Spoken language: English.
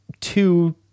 two